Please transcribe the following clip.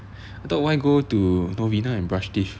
I thought why go to novena and brush teeth